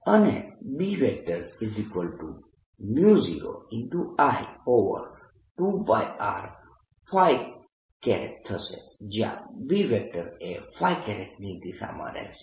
અને B0I2πR થશે જયાં B એ ની દિશામાં રહેશે